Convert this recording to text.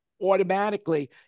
automatically